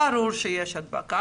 ברור שיש הדבקה,